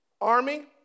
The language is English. army